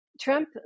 Trump